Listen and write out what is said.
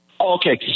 Okay